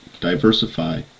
diversify